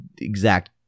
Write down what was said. exact